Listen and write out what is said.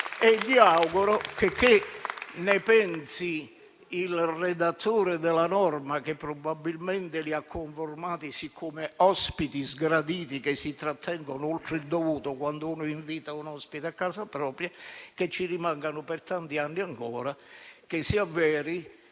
e auguro - checché ne pensi il redattore della norma, che probabilmente li ha conformati come ospiti sgraditi che si trattengono oltre il dovuto, come quando si invita un ospite a casa propria - che ci rimangano per tanti anni ancora e che si avveri